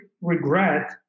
regret